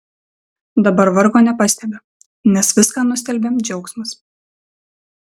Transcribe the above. dabar vargo nepastebiu nes viską nustelbia džiaugsmas